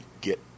get